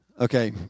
Okay